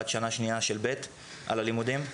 אחת שנה שנייה של ב' על הלימודים.